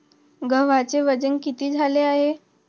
गव्हाचे वजन किती झाले आहे?